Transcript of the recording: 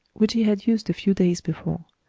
which he had used a few days before.